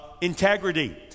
integrity